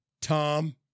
Tom